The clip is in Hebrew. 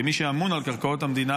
כמי שאמון על קרקעות המדינה,